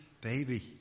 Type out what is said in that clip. baby